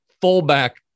fullback